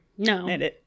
No